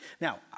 Now